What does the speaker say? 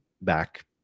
back